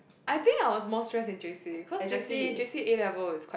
I think I was more stress in j_c cause j_c j_c A-level is quite